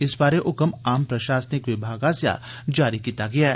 इस बारे हुक्म आम प्रषासनिक विभाग आस्सेआ जारी कीता गेआ ऐ